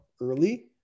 early